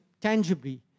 tangibly